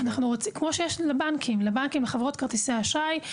כמו שיש לבנקים ולחברות כרטיסי האשראי.